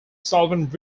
solvent